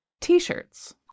t-shirts